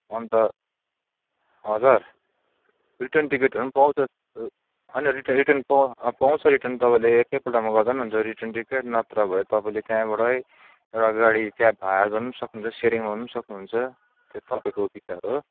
अन्त हजुर रिटर्न टिकटहरू पनि पाउँछ होइन रिट रिटर्न पौ पाउँछ रिटर्न तपाईँले एकैपल्टमा गर्दा नि हुन्छ रिटर्न टिकट नत्र भए तपाईँले त्यहाँबाटै एउटा गाडी क्याब हायर गर्नु पनि सक्नुहुन्छ सेरिङ गर्नु पनि सक्नुहुन्छ त्यो तपाईँको विचार हो